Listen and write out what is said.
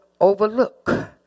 overlook